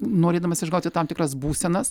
norėdamas išgauti tam tikras būsenas